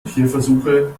tierversuche